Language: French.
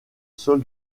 sol